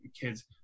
kids